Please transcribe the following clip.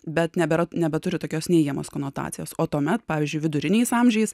bet nebėra nebeturi tokios neigiamos konotacijos o tuomet pavyzdžiui viduriniais amžiais